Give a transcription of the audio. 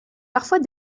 parfois